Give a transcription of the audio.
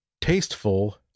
tasteful